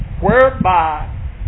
whereby